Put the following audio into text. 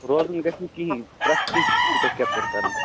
روزنٕے گژھِ نہٕ کِہیٖنۍ پرٛٮ۪تھ کیٚنٛہہ چھُو تۄہہِ کیپچَر کَرُن